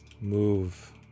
move